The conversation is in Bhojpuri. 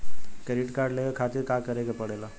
क्रेडिट कार्ड लेवे खातिर का करे के पड़ेला?